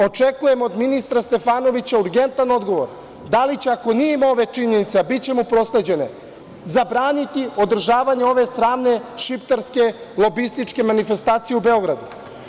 Očekujemo od ministra Stefanovića urgentan odgovor da li će ako nije imao ove činjenice, a biće mu prosleđene, zabraniti održavanje ove sramne šiptarske lobističke manifestacije u Beogradu?